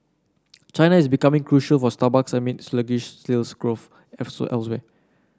China is becoming crucial for Starbucks amid sluggish sales growth elsewhere